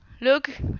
Look